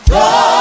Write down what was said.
God